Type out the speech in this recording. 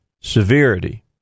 Severity